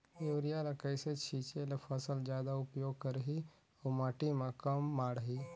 Urea ल कइसे छीचे ल फसल जादा उपयोग करही अउ माटी म कम माढ़ही?